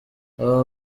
aba